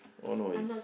oh no it's